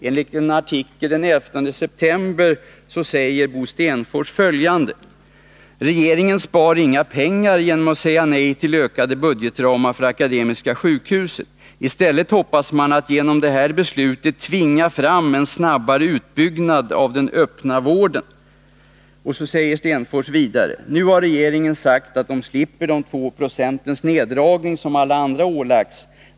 Enligt en artikel den 11 september säger Bo Stenfors följande: ”Regeringen spar inga pengar genom att säga nej till ökade budgetramar för Akademiska sjukhuset. I stället hoppas man att genom det här beslutet tvinga fram en snabbare utbyggnad av den öppna vården.” Stenfors säger vidare: ”Nu har regeringen sagt att de slipper de två procentens neddragning som alla andra ålagts.